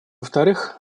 вторых